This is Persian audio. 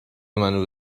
منو